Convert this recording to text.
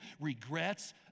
regrets